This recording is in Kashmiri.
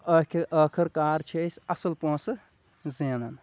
ٲخِر ٲخٕر کار چھِ أسۍ اصل پۄنسہٕ زینان